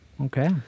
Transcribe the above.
Okay